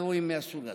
לאירועים מהסוג הזה.